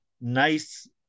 nice